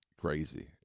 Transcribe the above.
crazy